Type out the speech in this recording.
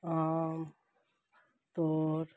ਆਮ ਤੌਰ